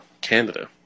Canada